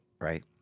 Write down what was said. Right